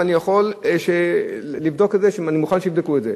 ואני מוכן שיבדקו את זה,